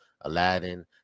Aladdin